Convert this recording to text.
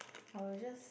I will just